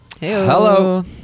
Hello